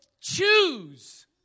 choose